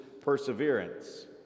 perseverance